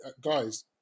guys